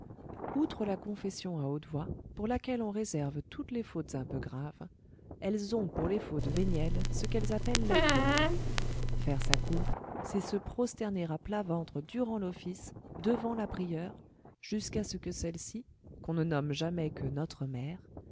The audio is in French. outre la confession à haute voix pour laquelle on réserve toutes les fautes un peu graves elles ont pour les fautes vénielles ce qu'elles appellent la coulpe faire sa coulpe c'est se prosterner à plat ventre durant l'office devant la prieure jusqu'à ce que celle-ci qu'on ne nomme jamais que notre mère